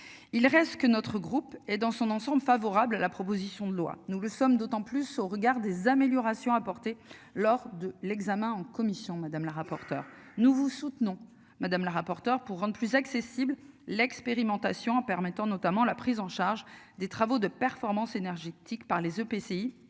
il reste que notre groupe est dans son ensemble favorable à la proposition de loi, nous le sommes d'autant plus au regard des améliorations apportées lors de l'examen en commission, madame la rapporteure. Nous vous soutenons madame la rapporteure pour rendre plus accessible. L'expérimentation en permettant notamment la prise en charge des travaux de performance énergétique par les EPCI